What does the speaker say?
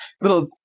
little